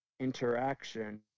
interaction